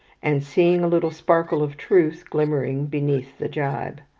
and seeing a little sparkle of truth glimmering beneath the gibe.